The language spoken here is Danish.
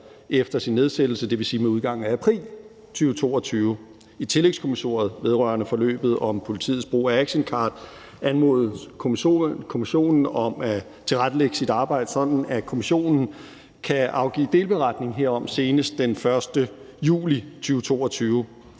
efter sin nedsættelse, dvs. med udgangen af april 2022. I tillægskommissoriet vedrørende forløbet om politiets brug af action card anmodes kommissionen om at tilrettelægge sit arbejde sådan, at kommissionen kan afgive delberetning herom senest den 1. juli 2022.